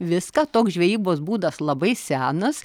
viską toks žvejybos būdas labai senas